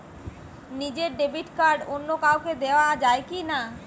নিজের debit card অন্য কাউকে দেওয়া যায় কি না?